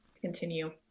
continue